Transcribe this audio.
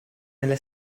nelle